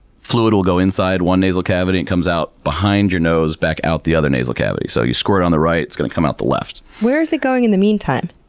fluid will go inside one nasal cavity, it comes out behind your nose, back out the other nasal cavity. so, you squirt it on the right, it's going to come out the left. where's it going in the meantime?